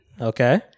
Okay